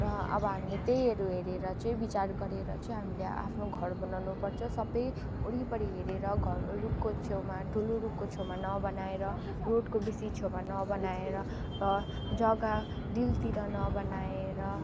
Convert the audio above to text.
र अब हामीले त्यहीहरू हेरेर चाहिँ विचार गरेर चाहिँ हामीले आफ्नो घर बनाउनु पर्छ सबै वरिपरि हेरेर घर रुखको छेउमा ठुलो रुखकको छेउमा नबनाएर रोडको बेसी छेउमा नबनाएर र जग्गा डिलतिर नबनाएर